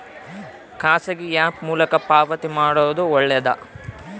ಖಾಸಗಿ ಆ್ಯಪ್ ಮೂಲಕ ಪಾವತಿ ಮಾಡೋದು ಒಳ್ಳೆದಾ?